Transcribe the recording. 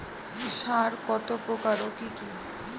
সার কত প্রকার ও কি কি?